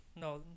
No